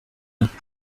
raa